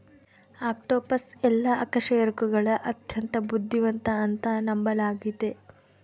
octopus ಎಲ್ಲಾ ಅಕಶೇರುಕಗುಳಗ ಅತ್ಯಂತ ಬುದ್ಧಿವಂತ ಅಂತ ನಂಬಲಾಗಿತೆ